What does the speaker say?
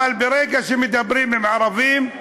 אבל ברגע שמדברים על ערבים,